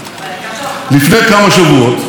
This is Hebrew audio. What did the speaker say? לפני כמה שבועות,